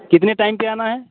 कितने टाइम पर आना है